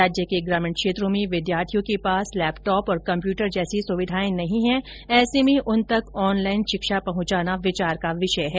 राज्य के ग्रामीण क्षेत्रों में विद्यार्थियों के पास लैपटॉप और कम्प्यूटर जैसी सुविधाएं नहीं है ऐसे में उन तक ऑनलाइन शिक्षा पहुंचाना विचार का विषय है